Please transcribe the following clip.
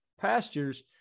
pastures